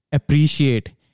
appreciate